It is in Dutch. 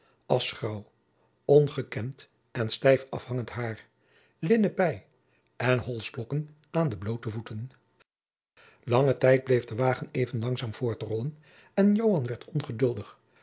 aschgraauw ongekemd en stijf afhangend hair linnen pij en holsblokken aan de bloote voeten langen tijd bleef de wagen even langzaam voortrollen en joan werd ongeduldig